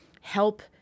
help